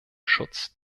schutz